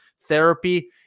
therapy